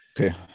Okay